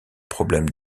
problèmes